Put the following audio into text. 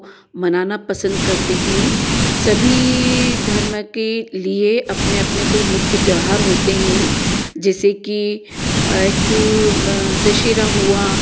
मनाना पसंद करते हैं सभी धर्म के लिए अपने अपने कोई मुख्य त्योहार होते हैं जैसे कि एक दशहरा हुआ